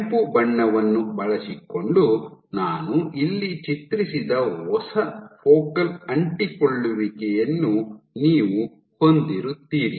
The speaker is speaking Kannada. ಕೆಂಪು ಬಣ್ಣವನ್ನು ಬಳಸಿಕೊಂಡು ನಾನು ಇಲ್ಲಿ ಚಿತ್ರಿಸಿದ ಹೊಸ ಫೋಕಲ್ ಅಂಟಿಕೊಳ್ಳುವಿಕೆಯನ್ನು ನೀವು ಹೊಂದಿರುತ್ತೀರಿ